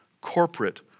corporate